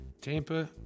Tampa